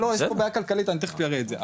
לא, יש פה בעיה כלכלית ואני תיכף אראה את זה.